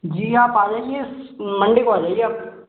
जी आप आ जाइए मंडे को आ जाइए आप